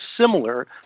similar